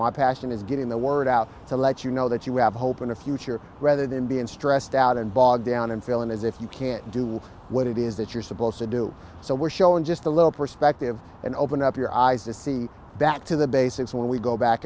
my passion is getting the word out to let you know that you have hope in the future rather than being stressed out and bogged down in feeling as if you can't do what it is that you're supposed to do so we're showing just a little perspective and open up your eyes to see back to the basics when we go back